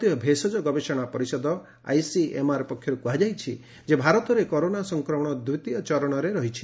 ଭାରତୀୟ ଭେଷଜ ଗବେଷଣା ପରିଷଦ ଆଇସିଏମ୍ଆର୍ ପକ୍ଷରୁ କୁହାଯାଇଛି ଯେ ଭାରତରେ କରୋନା ସଂକ୍ରମଣ ଦିତୀୟ ଚରଣରେ ରହିଛି